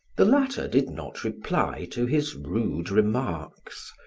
the latter did not reply to his rude remarks,